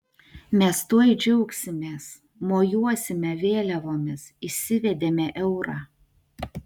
mes tuoj džiaugsimės mojuosime vėliavomis įsivedėme eurą